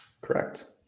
Correct